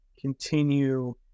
continue